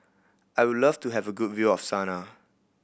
I would love to have a good view of Sanaa